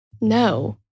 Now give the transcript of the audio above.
No